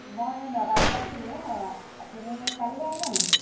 মই নটা বজাত খোলো আপুনি কালিলৈ আহিব নেকি